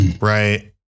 right